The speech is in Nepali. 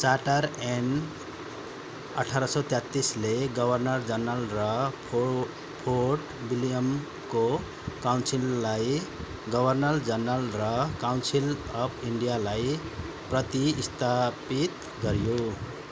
चार्टर ऐन अठार सय तेत्तिसले गभर्नर जनरल र फोर्ट विलियमको काउन्सिललाई गभर्नर जनरल र काउन्सिल अफ इन्डियालाई प्रतिस्थापित गर्यो